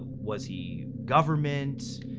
was he government?